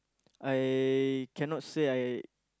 I cannot say I